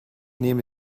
nehme